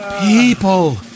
people